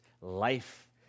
life